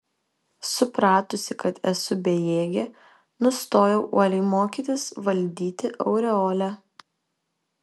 supratusi kad esu bejėgė nustojau uoliai mokytis valdyti aureolę